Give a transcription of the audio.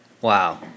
Wow